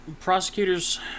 prosecutors